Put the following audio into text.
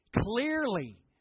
clearly